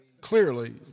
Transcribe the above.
clearly